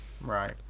Right